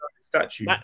statue